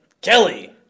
Kelly